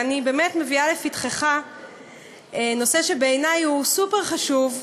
ואני באמת מביאה לפתחך נושא שבעיני הוא סופר-חשוב,